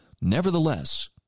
Nevertheless